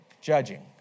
judging